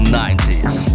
90s